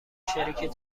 شریک